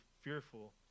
fearful